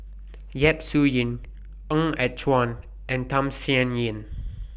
Yap Su Yin Ng Yat Chuan and Tham Sien Yen